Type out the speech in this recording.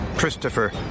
Christopher